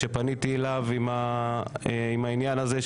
כשפניתי אליו עם העניין הזה,